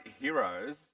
heroes